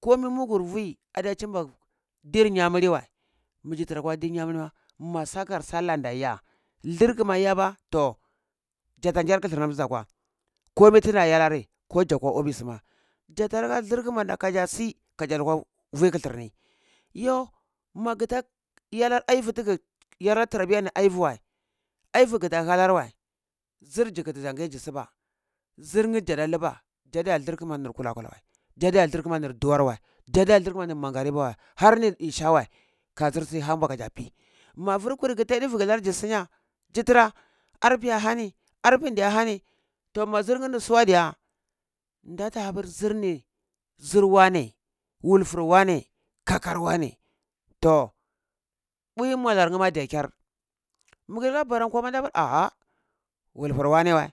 komir mugur vi ade chimba ndir yamiri, wəi miji tira kwa dir yamiri ma sakar sallan da iya durkuma iya ba, toh jata gyar kitir nam ti za kwa komi ti ja iya rari ko je kwa ofis ma jata lika ndir kumanda kaja si kaja lukwa vi kithir ni, yoh magta yalar aivi tigi ya lar tarbiya aivu wəi, alvu gita halar wəi, zir ji kiti jangai azi suba, zirnye jada luba jaya dirkuma nir kala kula wəi jadiya dirkuma mi duwar wəi ja diya dirkuma nir mangariba wəi, har nir isha wəi ka zir si ahan bua kaza pi. Ma vur kuri gi thai ɗuvu ki lar za sinya ji tira arpu ya hani arpun diye nhani to ma zirninda suwa diya nda ta hapur zirni zir wane wulfun wani kakar wane to bui malarnye da kyar mug lika bara kwa ma pur, aha wulfur wane wə